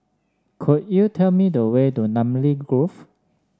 could you tell me the way to Namly Grove